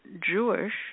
Jewish